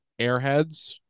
Airheads